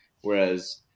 Whereas